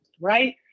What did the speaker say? right